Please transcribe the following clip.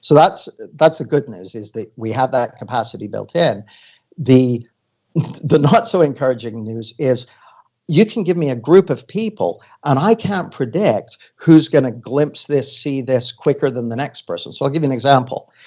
so that's that's the good news is that we have that capacity built in the the not-so-encouraging news is you can give me a group of people, and i can't predict who's going to glimpse this, see this quicker than the next person. so i'll give you an example.